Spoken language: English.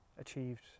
achieved